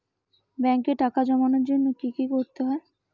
ব্যাংকে টাকা জমানোর জন্য কি কি করতে হয়?